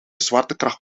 zwaartekracht